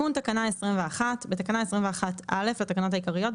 תיקון2.בתקנה 21(א) לתקנות העיקריות,